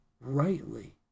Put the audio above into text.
rightly